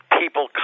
people